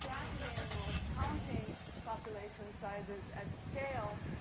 tracking animals, counting population sizes at scale.